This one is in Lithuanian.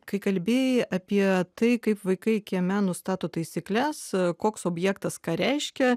kai kalbėjai apie tai kaip vaikai kieme nustato taisykles koks objektas ką reiškia